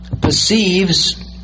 perceives